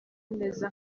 neza